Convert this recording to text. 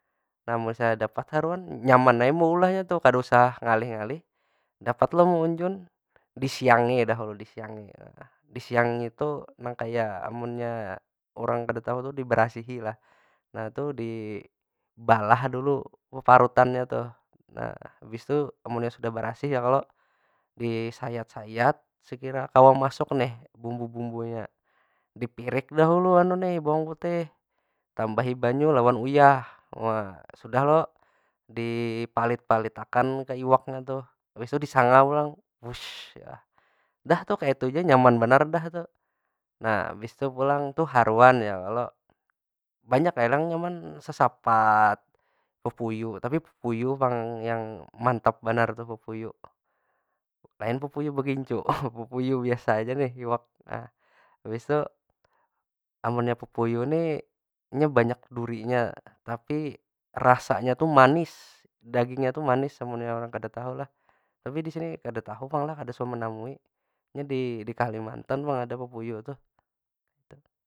Nah, misalnya dapat haruan, nyaman ai meulahnya tuh kada usah ngalih- ngalih. Dapat lo meunjun, disiangi dah dulu, disiangi. Disiangi tu nang kaya, amunnya urang kada tahu tu dibarasihi lah. Nah tu, di balah dulu parutannya tuh. Nah, habis tu amunnya sudah barasih ya kalo, disayat- sayat sekira kawa masuk nih bumbu- bumbunya. Di pirik dahulu nih, bawang putih tambahi banyu lawan uyah. sudah lo, dipalit- palit akan ka iwaknya tuh, habis itu disanga pulang. dah tu kaytu ja, nyaman banar dah tu. Nah, habis tu pulang tu haruan ya kalo. Banyak ai pulang nyaman sasapat, papuyu, tapi papuyu pang yang mantap banar tu, papuyu. Lain papuyu begincu papuyu biasa aja nih, iwak tu nah. habis tu, amunnya papuyu ni inya banyak durinya, tapi rasanya tu manis. Dagingnya tu manis amunnya urang kada tahu lah. Tapi di sini kada tahu lah, kada suah menamui. Nya di- di kalimantan pang ada papuyu tuh.